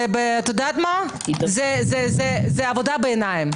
זה עבודה בעיניים.